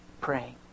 praying